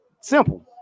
Simple